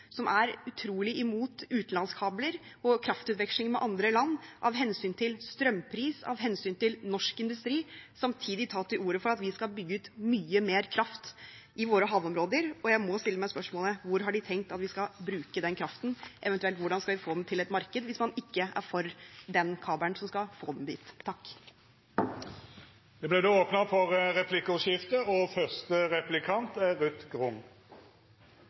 som er utrolig imot utenlandskabler og kraftutveksling med andre land av hensyn til strømpris og norsk industri, samtidig ta til orde for at vi skal bygge ut mye mer kraft i våre havområder. Jeg må stille meg spørsmålet: Hvor har de tenkt at vi skal bruke den kraften? Eventuelt: Hvordan skal vi få den til et marked, hvis de ikke er for den kabelen som skal få den dit? Det vert replikkordskifte. I disse koronatider har vi deltatt på diverse seminarer på Teams og